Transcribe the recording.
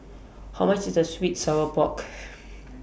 How much IS The Sweet Sour Pork